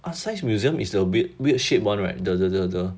artscience museum is the weird weird shape one right the the the the